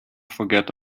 forget